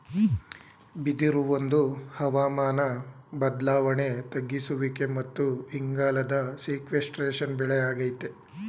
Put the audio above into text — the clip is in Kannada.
ಬಿದಿರು ಒಂದು ಹವಾಮಾನ ಬದ್ಲಾವಣೆ ತಗ್ಗಿಸುವಿಕೆ ಮತ್ತು ಇಂಗಾಲದ ಸೀಕ್ವೆಸ್ಟ್ರೇಶನ್ ಬೆಳೆ ಆಗೈತೆ